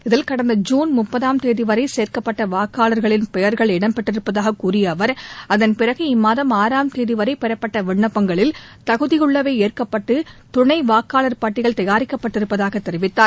இதில் கடந்த ஜூன் முப்பதாம் தேதிவரை சேர்க்கப்பட்ட வாக்காளர்களின் பெயர்கள் இடம் பெற்றிருப்பதாகக் கூறிய அவர் அதன்பிறகு இம்மாதம் ஆறாம் தேதிவரை பெறப்பட்ட விண்ணப்பங்களில் தகுதியுள்ளவை ஏற்கப்பட்டு துணை வாக்காளர் பட்டியல் தயாரிக்கப்பட்டிருப்பதாகத் தெரிவித்தார்